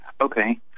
Okay